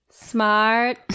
Smart